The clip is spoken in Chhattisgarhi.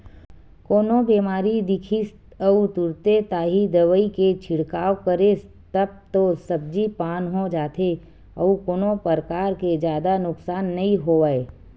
कोनो बेमारी दिखिस अउ तुरते ताही दवई के छिड़काव करेस तब तो सब्जी पान हो जाथे अउ कोनो परकार के जादा नुकसान नइ होवय